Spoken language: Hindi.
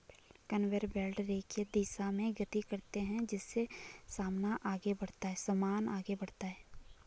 कनवेयर बेल्ट रेखीय दिशा में गति करते हैं जिससे सामान आगे बढ़ता है